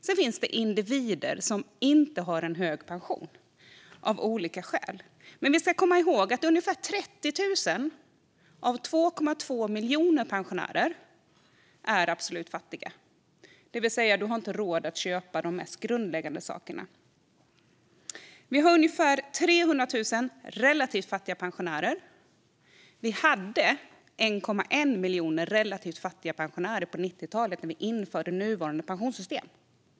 Sedan finns det individer som inte har en hög pension av olika skäl. Vi ska komma ihåg att ungefär 30 000 av 2,2 miljoner pensionärer är absolut fattiga. De har inte råd att köpa de mest grundläggande sakerna. Vi har ungefär 300 000 relativt fattiga pensionärer. Vi hade 1,1 miljoner relativt fattiga pensionärer på 90-talet när vi införde nuvarande pensionssystem.